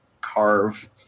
carve